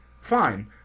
fine